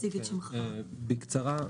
בקצרה,